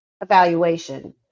evaluation